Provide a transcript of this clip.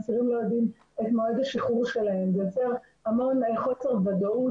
האסירים לא יודעים את מועד השחרור שלהם וזה יוצר המון חוסר ודאות